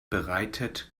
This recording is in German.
bereitet